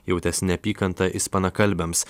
jautęs neapykantą ispanakalbiams